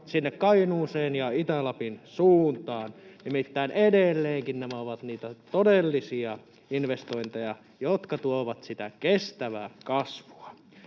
perussuomalaisten ryhmästä] Nimittäin edelleenkin nämä ovat niitä todellisia investointeja, jotka tuovat sitä kestävää kasvua.